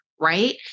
right